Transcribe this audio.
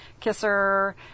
kisser